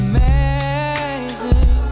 Amazing